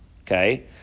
Okay